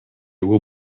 will